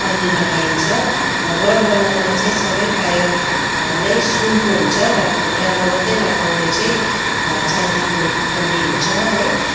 कल्ली लगाइन्छ र गरगहनामा चाहिँ सबै प्रायः नै सुनको हुन्छ र खुट्टामा मात्रै लगाउने चाहिँ चाँदीको कल्ली हुन्छ है